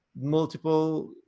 multiple